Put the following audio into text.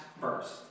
first